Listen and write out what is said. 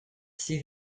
sydd